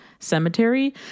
cemetery